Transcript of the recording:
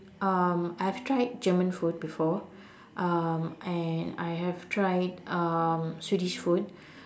um I have tried german food before um and I have tried um swedish food